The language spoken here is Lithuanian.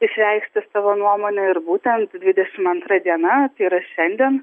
išreikšti savo nuomonę ir būtent dvidešimt antra diena tai yra šiandien